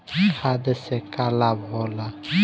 खाद्य से का लाभ होला?